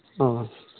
ᱚᱸᱻ